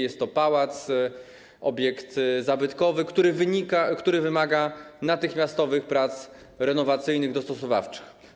Jest to pałac, obiekt zabytkowy, który wymaga natychmiastowych prac renowacyjnych, dostosowawczych.